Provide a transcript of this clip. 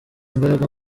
imbaraga